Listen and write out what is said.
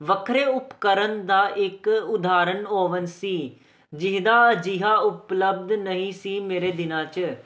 ਵੱਖਰੇ ਉਪਕਰਨ ਦਾ ਇੱਕ ਉਦਾਹਰਨ ਓਵਨ ਸੀ ਜਿਹਦਾ ਜਿਹਾ ਉਪਲਬਧ ਨਹੀਂ ਸੀ ਮੇਰੇ ਦਿਨਾਂ 'ਚ